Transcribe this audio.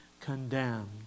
condemned